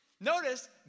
Notice